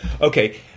Okay